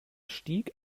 stieg